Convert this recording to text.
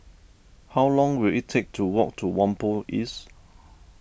how long will it take to walk to Whampoa East